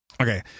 okay